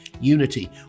unity